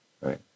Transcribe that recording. right